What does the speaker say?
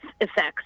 effects